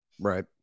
Right